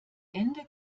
ende